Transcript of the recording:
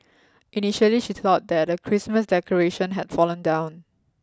initially she thought that a Christmas decoration had fallen down